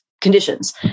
conditions